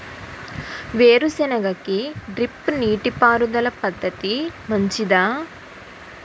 వేరుసెనగ కి డ్రిప్ నీటిపారుదల పద్ధతి మంచిదా?